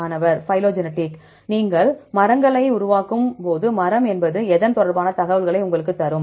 மாணவர் பைலோஜெனிடிக் நீங்கள் மரங்களை உருவாக்கும்போது மரம் என்பது எதன் தொடர்பான தகவல்களை உங்களுக்குத் தரும்